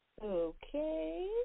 Okay